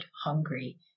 hungry